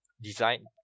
design